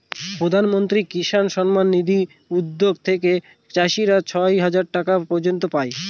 প্রধান মন্ত্রী কিষান সম্মান নিধি উদ্যাগ থেকে চাষীরা ছয় হাজার টাকা পর্য়ন্ত পাই